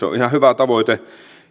on ihan hyvä tavoite